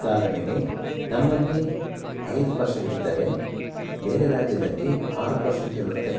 ಉದಾಹರಣೆಗೆ ನಮ್ಮಲ್ಲಿ ಐದು ಪರ್ಸೆಂಟ್ ಇದ್ದರೆ ಬೇರೆ ರಾಜ್ಯದಲ್ಲಿ ಆರು ಪರ್ಸೆಂಟ್ ಇರುತ್ತೆ